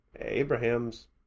Abraham's